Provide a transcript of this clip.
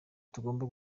tugomba